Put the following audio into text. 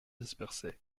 dispersée